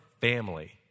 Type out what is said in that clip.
family